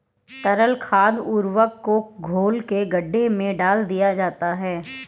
तरल खाद उर्वरक को घोल के गड्ढे में डाल दिया जाता है